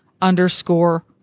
underscore